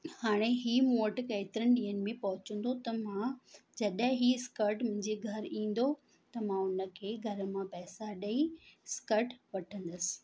हाणे इहो मूं वटि केतिरनि ॾींहनि में पहुचंदो त मां जॾहिं इहा स्कर्ट मुंहिंजे घरु ईंदो त मां उन खे घर मां पैसा ॾेई स्कर्ट वठंदसि